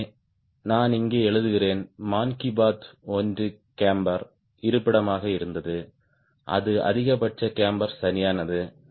எனவே நான் இங்கே எழுதுகிறேன் மான் கி பாத் ஒன்று கேம்பர் இருப்பிடமாக இருந்தது அது அதிகபட்ச கேம்பர் சரியானது